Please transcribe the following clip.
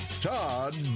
Todd